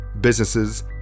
businesses